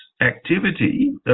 activity